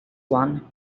one